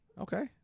okay